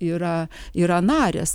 yra yra narės